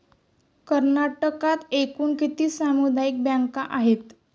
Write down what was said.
कर्नाटकात एकूण किती सामुदायिक बँका आहेत?